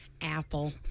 apple